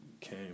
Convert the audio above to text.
came